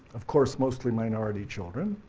of course mostly minority children,